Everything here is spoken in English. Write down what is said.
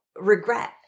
regret